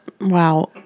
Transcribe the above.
wow